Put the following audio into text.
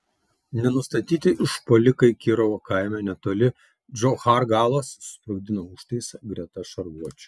nenustatyti užpuolikai kirovo kaime netoli džochargalos susprogdino užtaisą greta šarvuočio